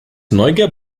neugier